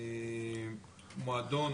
מועדון